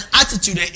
attitude